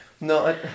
no